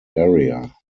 area